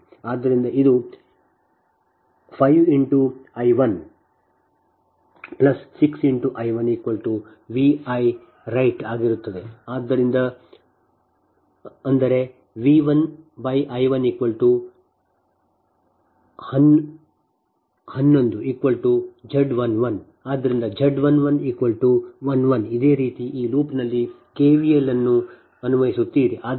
ಆದ್ದರಿಂದ ಇದು 5 × I 1 6 × I 1 V 1right ಆಗಿರುತ್ತದೆ ಅಂದರೆ V1I111Z11 ಆದ್ದರಿಂದ Z 11 11 ಇದೇ ರೀತಿ ಈ ಲೂಪ್ನಲ್ಲಿ ಕೆವಿಎಲ್ ಅನ್ನು ಅನ್ವಯಿಸುತ್ತೀರಿ